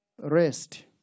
Rest